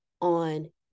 on